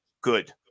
Good